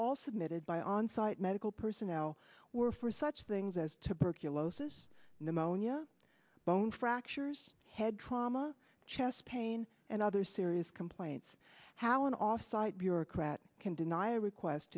all submitted by onsite medical personnel were for such things as tuberculosis pneumonia bone fractures head trauma chest pain and other serious complaints how an off site bureaucrat can deny a request